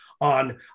on